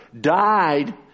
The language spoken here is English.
Died